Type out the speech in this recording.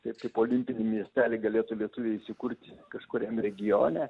taip kaip olimpinį miestelį galėtų lietuviai įsikurt kažkuriam regione